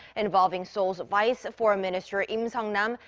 involving seoul's vice-foreign minister lim sung-nam,